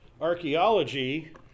archaeology